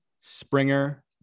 Springer